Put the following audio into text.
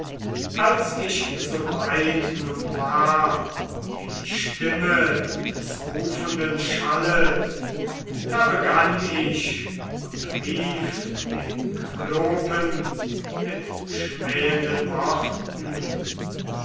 als ich so weit nun war wie die stimme des rufenden schallet da begann ich und rief dem kyklopen mit schmähenden worten